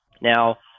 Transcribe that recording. Now